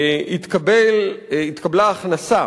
התקבלה הכנסה